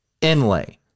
inlay